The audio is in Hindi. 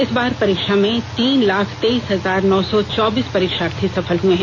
इस बार परीक्षा में तीन लाख तेईस हजार नौ सौ चौबीस परीक्षार्थी सफल हुए हैं